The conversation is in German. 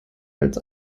als